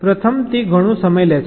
પ્રથમ તે ઘણો સમય લે છે